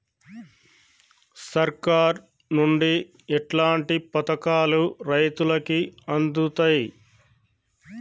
సర్కారు నుండి ఎట్లాంటి పథకాలు రైతులకి అందుతయ్?